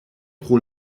pro